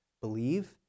believe